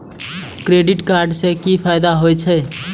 Credit card से कि फायदा होय छे?